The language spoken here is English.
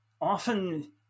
often